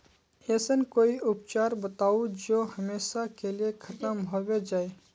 ऐसन कोई उपचार बताऊं जो हमेशा के लिए खत्म होबे जाए?